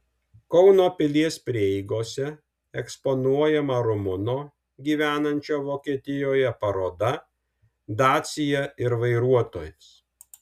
kauno pilies prieigose eksponuojama rumuno gyvenančio vokietijoje paroda dacia ir vairuotojas